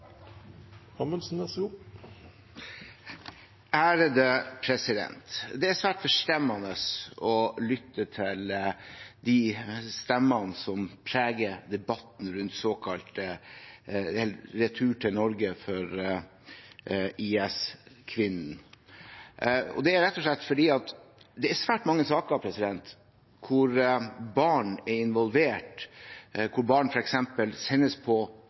svært forstemmende å lytte til de stemmene som preger debatten rundt såkalt retur til Norge for IS-kvinner. Det er rett og slett fordi det er svært mange saker hvor barn er involvert, hvor barn f.eks. sendes på